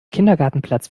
kindergartenplatz